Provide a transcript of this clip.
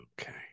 Okay